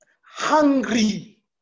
hungry